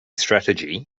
strategy